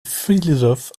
philosophe